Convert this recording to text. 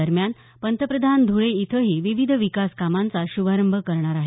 दरम्यान पंतप्रधान धुळे इथंही विविध विकास कामांचा श्रभारंभ करणार आहेत